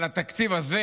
התקציב הזה